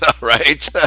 right